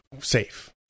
safe